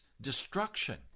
destruction